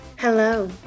Hello